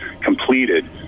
completed